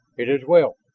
it is well,